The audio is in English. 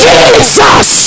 Jesus